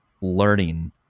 learning